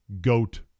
goat